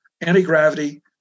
anti-gravity